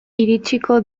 iritsiko